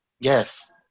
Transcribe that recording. Yes